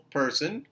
person